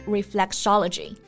Reflexology